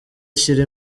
ashyira